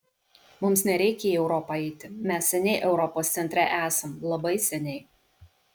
mums nereikia į europą eiti mes seniai europos centre esam labai seniai